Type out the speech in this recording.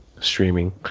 streaming